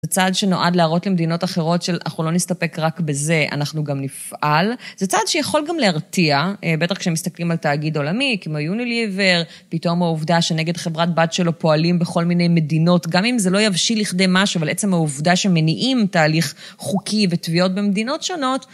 זה צעד שנועד להראות למדינות אחרות של אנחנו לא נסתפק רק בזה, אנחנו גם נפעל. זה צעד שיכול גם להרתיע, בטח כשמסתכלים על תאגיד עולמי, כמו יוניליבר, פתאום העובדה שנגד חברת בת שלו פועלים בכל מיני מדינות, גם אם זה לא יבשיל לכדי משהו, אבל עצם העובדה שמניעים תהליך חוקי ותביעות במדינות שונות.